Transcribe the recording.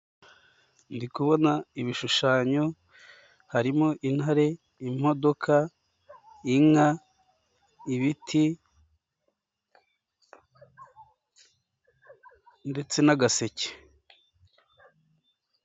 Ndi kubona ibishushanyo, harimo intare, imodoka, inka, ibiti ndetse n'agaseke.